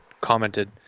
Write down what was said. commented